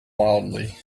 wildly